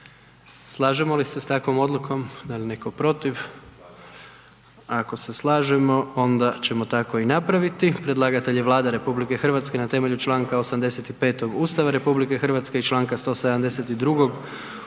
Slažemo li se s takvom odlukom? Ima li netko protiv? Ako se slažemo onda ćemo tako i napraviti. Predlagatelj je Vlada RH na temelju članka 85. Ustava RH i članaka 172. u